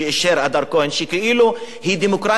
שכאילו היא דמוקרטית יותר מדי,